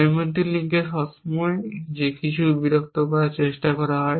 নৈমিত্তিক লিঙ্কে সবসময় যে কিছু বিরক্ত করার চেষ্টা করা হয়